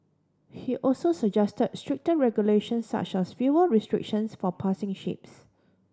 he also suggest stricter regulation such as fuel restrictions for passing ships